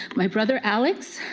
my brother alex,